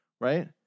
right